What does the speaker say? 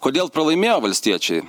kodėl pralaimėjo valstiečiai